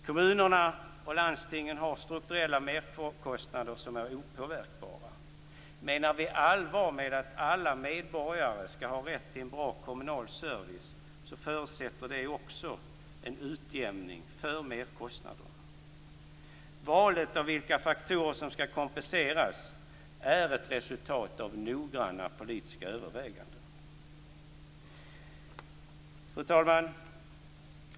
Kommunerna och landstingen har strukturella merkostnader som är opåverkbara. Om vi menar allvar med talet om att alla medborgare skall ha rätt till en bra kommunal service förutsätter det också en utjämning av merkostnaderna. Valet av vilka faktorer som skall kompenseras är ett resultat av noggranna politiska överväganden. Fru talman!